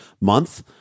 month